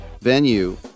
venue